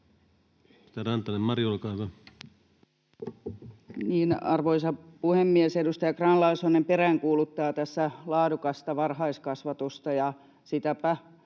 Arvoisa puhemies! Edustaja Grahn-Laasonen peräänkuuluttaa tässä laadukasta varhaiskasvatusta, ja sitäpä